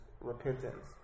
repentance